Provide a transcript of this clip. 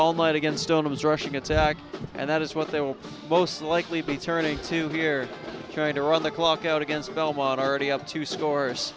all night against own is rushing attack and that is what they will most likely be turning to here trying to run the clock out against belmont already up to scores